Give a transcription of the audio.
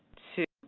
to